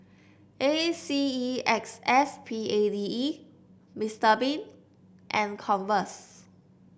A C E X S P A D E Mr Bean and Converse